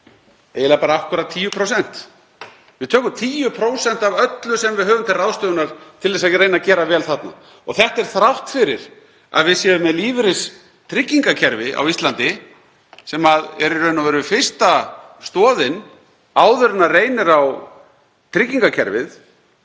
bara akkúrat 10%. Við tökum 10% af öllu sem við höfum til ráðstöfunar til að reyna að gera vel þarna. Þetta er þrátt fyrir að við séum með lífeyristryggingakerfi á Íslandi sem er í raun og veru fyrsta stoðin áður en reynir á tryggingakerfið.